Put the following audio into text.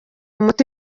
umuti